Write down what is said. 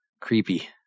creepy